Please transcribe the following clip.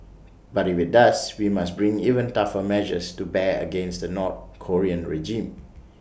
but if IT does we must bring even tougher measures to bear against the north Korean regime